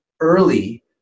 early